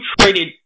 traded